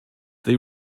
they